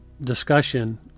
discussion